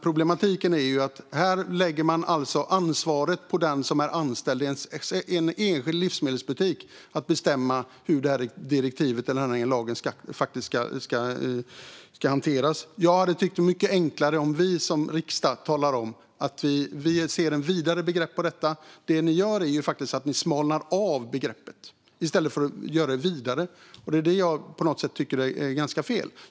Problemet är att man alltså lägger ansvaret att bestämma hur direktivet eller lagändringen ska hanteras på den som är anställd i en enskild livsmedelsbutik. Jag tycker att det hade varit mycket enklare om vi som riksdag talade om att vi ser detta som ett vidare begrepp. Ni gör faktiskt begreppet smalare i stället för att göra det vidare. Det tycker jag är ganska fel.